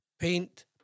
Paint